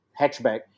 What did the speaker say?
hatchback